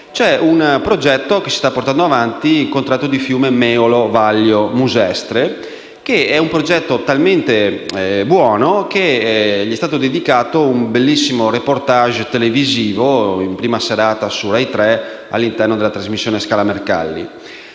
C'è un progetto che si sta portando avanti, il contratto di fiume Meolo Vallio Musestre, che è talmente buono che gli è stato dedicato un bellissimo *reportage* televisivo in prima serata su Raitre, all'interno della trasmissione «Scala Mercalli».